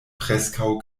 preskaŭ